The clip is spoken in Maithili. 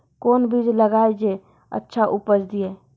कोंन बीज लगैय जे अच्छा उपज दिये?